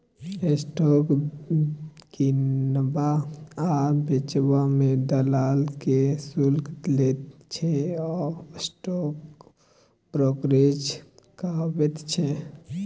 stock किनबा आ बेचबा मे दलाल जे शुल्क लैत छै ओ स्टॉक ब्रोकरेज कहाबैत छै